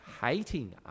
hating